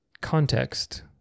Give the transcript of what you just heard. context